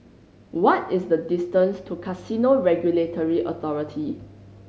what is the distance to Casino Regulatory Authority